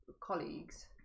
colleagues